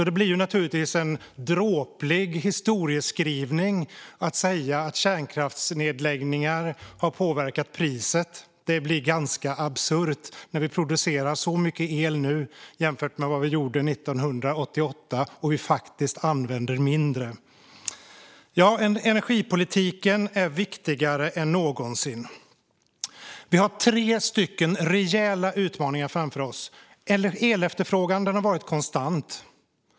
Det blir ju naturligtvis en dråplig historieskrivning att säga att kärnkraftsnedläggningar har påverkat priset. Det blir ganska absurt när vi producerar så mycket mer el nu jämfört med vad vi gjorde 1988 och faktiskt använder mindre. Energipolitiken är viktigare än någonsin. Vi har tre rejäla utmaningar framför oss. Elefterfrågan har varit konstant.